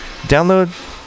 Download